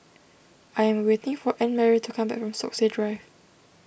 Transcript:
I am waiting for Annemarie to come back from Stokesay Drive